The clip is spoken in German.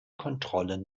kontrollen